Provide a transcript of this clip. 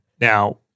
Now